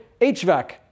HVAC